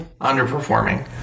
underperforming